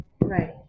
right